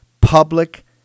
Public